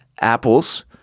Apples